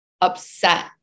upset